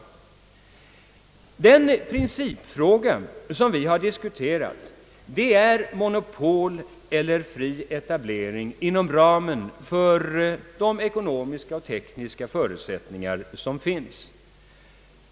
Den principfråga som vi har diskuterat gäller monopol eller fri etablering inom ramen för de ekonomiska och tekniska förutsättningar som finns.